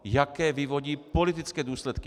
Jaké vyvodí politické důsledky.